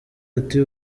ati